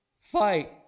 fight